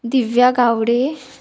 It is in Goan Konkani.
दिव्या गावडे